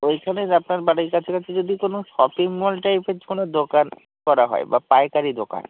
ওইখানে যে আপনার বাড়ির কাছাকাছি যদি কোনো শপিং মল টাইপের কোনো দোকান করা হয় বা পাইকারি দোকান